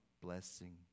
blessing